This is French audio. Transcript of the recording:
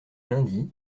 lundi